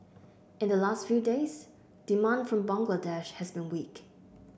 in the last few days demand from Bangladesh has been weak